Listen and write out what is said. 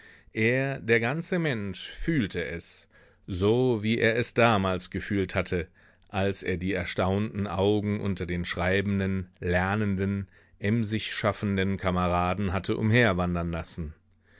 er der ganze mensch fühlte es so wie er es damals gefühlt hatte als er die erstaunten augen unter den schreibenden lernenden emsig schaffenden kameraden hatte umherwandern lassen